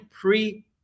pre